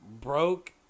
broke